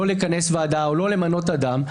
לא לכנס ועדה או לא למנות אדם,